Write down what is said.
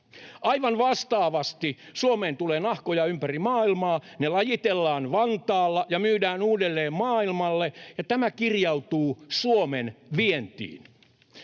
Aivan vastaavasti Suomeen tulee nahkoja ympäri maailmaa, ne lajitellaan Vantaalla ja myydään uudelleen maailmalle, ja tämä kirjautuu Suomen vientiin.